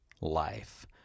life